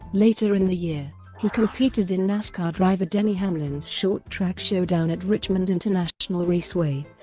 later in the year, he competed in nascar driver denny hamlin's short track showdown at richmond international raceway,